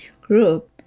group